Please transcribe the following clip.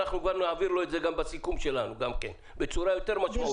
אנחנו כבר נעביר לו את זה גם בסיכום שלנו גם כן בצורה יותר משמעותית.